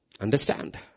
Understand